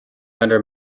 under